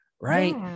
right